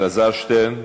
אלעזר שטרן,